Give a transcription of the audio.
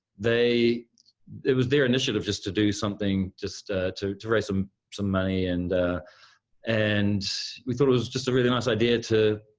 they it was their initiative just to do something to to raise some some money. and and we thought it was just a really nice idea to